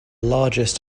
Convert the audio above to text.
largest